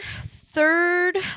third